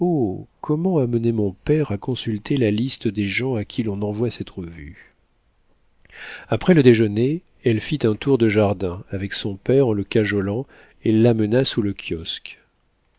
comment amener mon père à consulter la liste des gens à qui l'on envoie cette revue après le déjeuner elle fit un tour de jardin avec son père en le cajolant et l'amena sous le kiosque